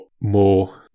more